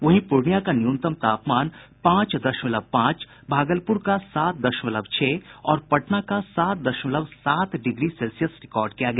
वहीं पूर्णियां का न्यूनतम तापमान पांच दशमलव पांच भागलपुर का सात दशमलव छह और पटना का सात दशमलव सात डिग्री सेल्सियस रिकॉर्ड किया गया